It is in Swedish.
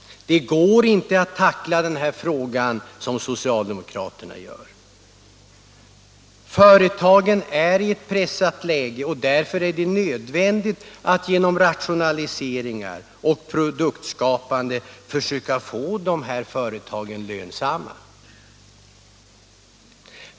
Det går inte att tackla den här frågan så som socialdemokraterna gör. Företagen är i ett pressat läge och därför är det nödvändigt att genom rationaliseringar och produktskapande försöka få företagen lönsamma.